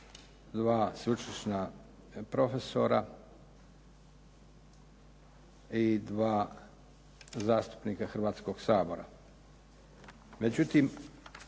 dva sveučilišna profesora i dva zastupnika Hrvatskoga sabora. Međutim